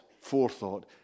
forethought